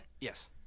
Yes